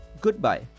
goodbye